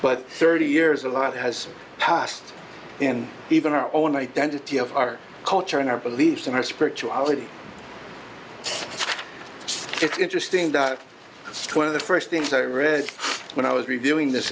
but thirty years a lot has past and even our own identity of our culture and our beliefs and our spirituality so it's interesting that it's true of the first things i read when i was reviewing this